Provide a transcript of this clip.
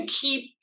keep